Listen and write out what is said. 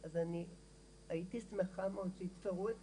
אז הייתי שמחה מאוד שיתפרו את